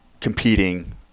competing